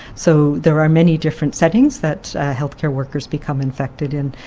so there are many different settings that healthcare workers become infected in,